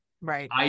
Right